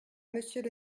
monsieur